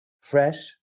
fresh